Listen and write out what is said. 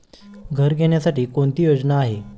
घर घेण्यासाठी कोणती योजना आहे?